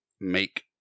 Make